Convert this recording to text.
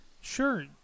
Sure